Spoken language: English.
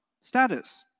status